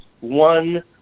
one